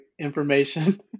information